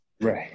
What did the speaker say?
Right